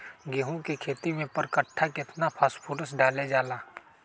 गेंहू के खेती में पर कट्ठा केतना फास्फोरस डाले जाला?